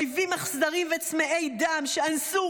אויבים אכזריים וצמאי דם שאנסו,